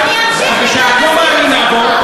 לבית-המשפט שאת לא מאמינה בו,